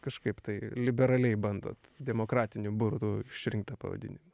kažkaip tai liberaliai bandot demokratiniu burtu išrinkt tą pavadinimą